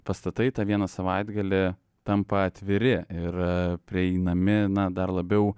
pastatai tą vieną savaitgalį tampa atviri ir prieinami na dar labiau